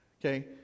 Okay